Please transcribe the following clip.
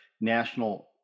national